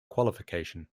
qualification